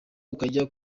ukajya